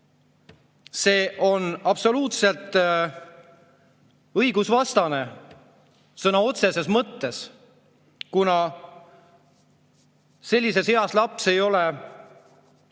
See on absoluutselt õigusvastane sõna otseses mõttes, kuna sellises eas laps ei ole